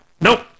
Nope